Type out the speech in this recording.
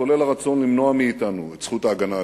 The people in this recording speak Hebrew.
כולל הרצון למנוע מאתנו את זכות ההגנה העצמית.